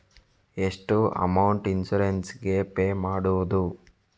ಎಷ್ಟು amount insurance ಗೇ pay ಮಾಡುವುದು?